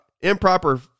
improper